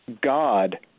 God